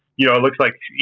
you know, it looks like, you